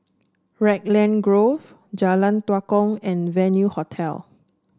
Raglan Grove Jalan Tua Kong and Venue Hotel